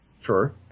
Sure